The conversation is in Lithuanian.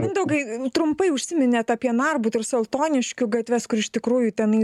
mindaugai trumpai užsiminėt apie narbuto ir saltoniškių gatves kur iš tikrųjų tenai